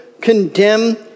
condemn